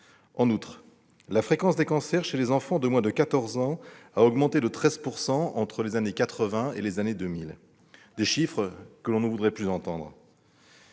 En outre, la fréquence des cancers chez les enfants de moins de quatorze ans a augmenté de 13 % entre les années 1980 et 2000. Des chiffres qu'on voudrait ne plus entendre.